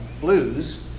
blues